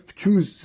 choose